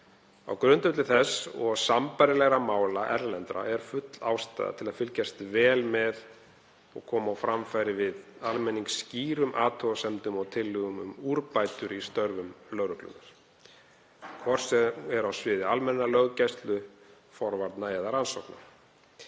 Á grundvelli þess og sambærilegra erlendra mála er full ástæða til að fylgjast vel með og koma á framfæri við almenning skýrum athugasemdum og tillögum um úrbætur í störfum lögreglunnar, hvort sem er á sviði almennrar löggæslu, forvarna eða rannsókna.